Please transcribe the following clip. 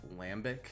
lambic